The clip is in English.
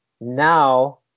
now